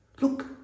Look